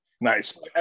Nice